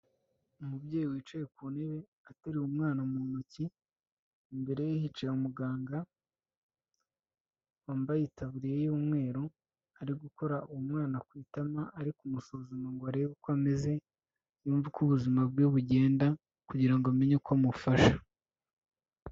Umubyeyi wicaye ku ntebe ateruye umwana mu ntoki, imbere ye hicaye umuganga wambaye itaburiya y'umweru, ari gukora uwo mwana ku itama ari kumusuzuma ngo arebe uko ameze, yumve uko ubuzima bwe bugenda kugira ngo amenye uko amufasha.